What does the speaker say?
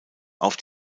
auf